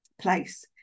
place